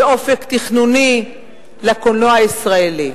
ואופק תכנוני לקולנוע הישראלי.